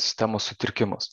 sistemos sutrikimus